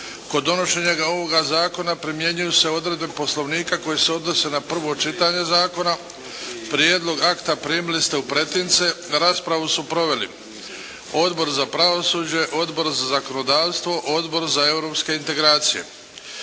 Kod donošenja ovoga zakona primjenjuju se odredbe poslovnika koje se odnose na prvo čitanje zakona. Prijedlog akta primili ste u pretince. Raspravu su proveli Odbor za pravosuđe, Odbor za zakonodavstvo, Odbor za europske integracije.